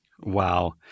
Wow